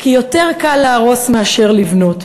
כי יותר קל להרוס מאשר לבנות.